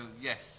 yes